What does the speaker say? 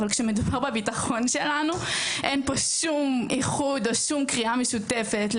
אבל כשמדובר בבטחון שלנו אין פה שום איחוד או שום קריאה משותפת,